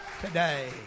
today